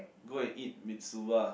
go and eat Mitsuba